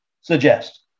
suggest